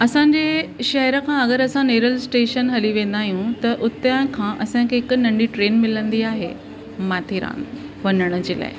असांजे शहर खां अगरि असां नेरल स्टेशन हली वेंदा आहियूं त उतां खां असांखे हिकु नंढी ट्रेन मिलंदी आहे माथेरान वञण जे लाइ